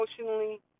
emotionally